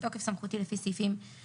התשפ"א 2021 בתוקף סמכותי לפי סעיף 20(1)(ב)